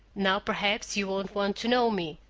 now perhaps you won't want to know me!